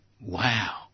Wow